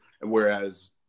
Whereas